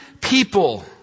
people